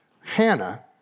Hannah